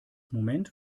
moment